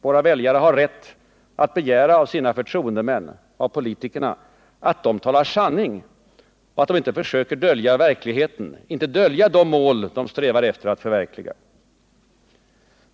Våra väljare har rätt att begära av sina förtroendemän — politikerna — att de talar sanning och att de inte försöker dölja verkligheten, inte dölja de mål de strävar efter att förverkliga.